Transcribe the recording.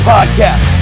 Podcast